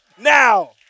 now